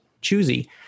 choosy